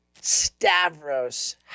Stavros